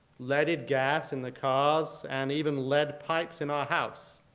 leaded gas in the cars and even lead pipes in our house.